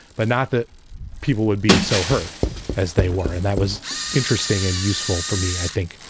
but not that people would be so hurt as they were. and that was interesting and useful for me, i think,